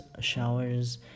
showers